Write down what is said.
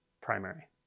primary